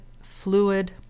fluid